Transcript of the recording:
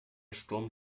sturm